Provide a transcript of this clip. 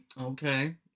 Okay